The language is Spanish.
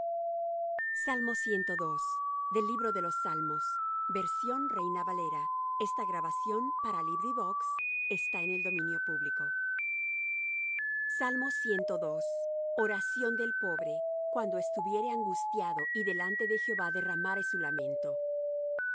de jehová á todos los que obraren iniquidad oración del pobre cuando estuviere angustiado y delante de jehová derramare su lamento